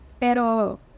Pero